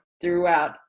throughout